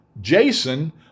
Jason